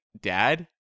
dad